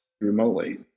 remotely